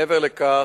מעבר לכך,